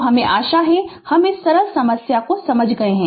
तो हमे आशा है कि हम इस सरल समस्या को समझ गये है